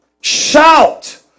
Shout